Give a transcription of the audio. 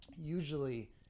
usually